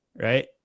Right